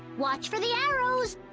watch for the arrows!